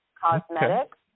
cosmetics